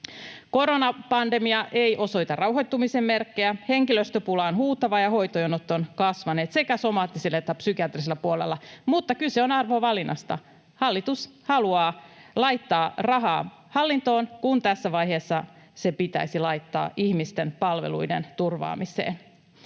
Koronapandemia ei osoita rauhoittumisen merkkejä, henkilöstöpula on huutava, ja hoitojonot ovat kasvaneet sekä somaattisella että psykiatrisella puolella, mutta kyse on arvovalinnasta. Hallitus haluaa laittaa rahaa hallintoon, kun tässä vaiheessa se pitäisi laittaa ihmisten palveluiden turvaamiseen.